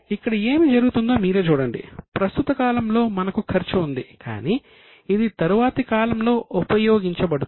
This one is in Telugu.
ఇక్కడ ఏమి జరుగుతుందో మీరే చూడండి ప్రస్తుత కాలంలో మనకు ఖర్చు ఉంది కాని ఇది తరువాతి కాలంలో ఉపయోగించబడుతుంది